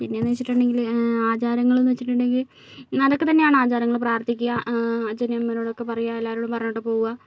പിന്നെയെന്ന് വെച്ചിട്ടുണ്ടെങ്കിൽ ആചാരങ്ങളെന്ന് വെച്ചിട്ടുണ്ടെങ്കിൽ അതൊക്കെ തന്നെയാണ് ആചാരങ്ങൾ പ്രാർത്ഥിക്കുക അച്ഛനെയും അമ്മേനോടും ഒക്കെ പറയുക എല്ലാവരോടും പറഞ്ഞിട്ട് പോവുക